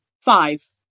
Five